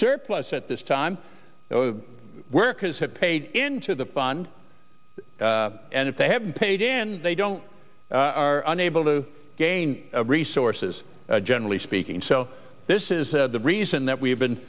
surplus at this time workers have paid into the fund and if they haven't paid in they don't are unable to gain resources generally speaking so this is the reason that we have